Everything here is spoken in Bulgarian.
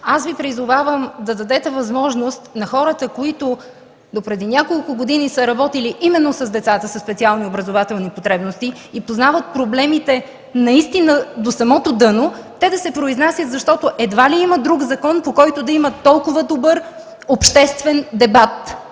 Аз Ви призовавам да дадете възможност на хората, които допреди няколко години са работили именно с децата със специални образователни потребности и познават проблемите наистина до самото дъно, те да си произнасят, защото едва ли има друг закон, по който да има толкова добър обществен дебат.